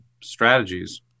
strategies